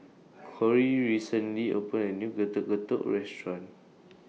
Kory recently opened A New Getuk Getuk Restaurant